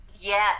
Yes